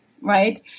Right